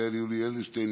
יולי יואל אדלשטיין,